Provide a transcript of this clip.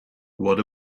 what